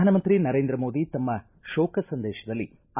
ಪ್ರಧಾನಮಂತ್ರಿ ನರೇಂದ್ರ ಮೋದಿ ತಮ್ನ ಶೋಕ ಸಂದೇಶದಳ್ಲಿ